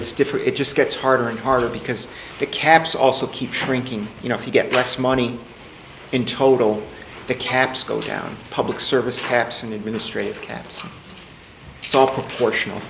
it's different it just gets harder and harder because the caps also keep trink ing you know you get less money in total the caps go down public service caps and administrative caps and so portion of